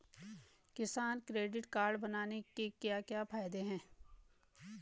किसान credit card बनाने के क्या क्या फायदे हैं?